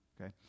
Okay